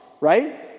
right